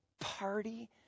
party